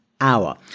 hour